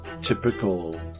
typical